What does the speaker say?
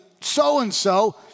so-and-so